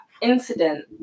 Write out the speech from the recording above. incident